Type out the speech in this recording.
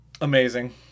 Amazing